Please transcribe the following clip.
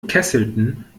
kesselten